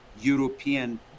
European